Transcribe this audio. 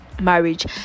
marriage